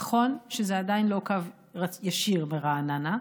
נכון שזה עדיין לא קו ישיר ברעננה,